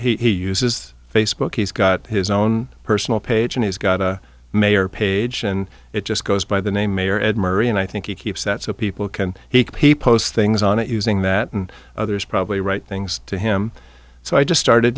mayor he uses facebook he's got his own personal page and he's got a mayor page and it just goes by the name mayor ed murray and i think he keeps that so people can he p posts things on it using that and others probably write things to him so i just started